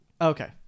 Okay